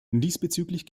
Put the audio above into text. diesbezüglich